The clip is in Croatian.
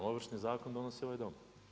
Ovršni zakon donosi ovaj Dom.